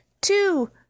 Two